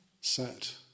set